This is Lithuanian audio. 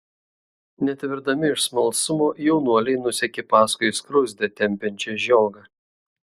netverdami iš smalsumo jaunuoliai nusekė paskui skruzdę tempiančią žiogą